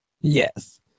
yes